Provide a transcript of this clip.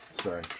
sorry